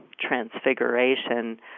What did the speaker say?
transfiguration